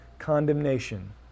condemnation